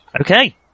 Okay